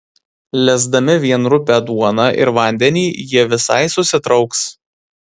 lesdami vien rupią duoną ir vandenį jie visai susitrauks